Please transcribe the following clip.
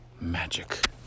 magic